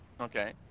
Okay